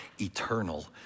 eternal